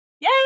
Yay